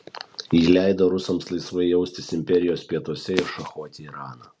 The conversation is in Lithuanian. ji leido rusams laisvai jaustis imperijos pietuose ir šachuoti iraną